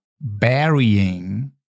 burying